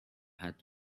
had